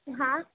હા